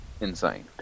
insane